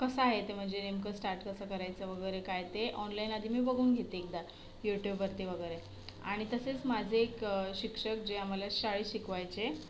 कसं आहे ते म्हणजे नेमकं स्टार्ट कसं करायचं वगैरे काय ते ऑनलाईन आधी मी बघून घेते एकदा युट्युबवरती वगैरे आणि तसेच माझे एक शिक्षक जे आम्हाला शाळेत शिकवायचे